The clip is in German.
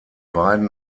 beiden